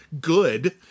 good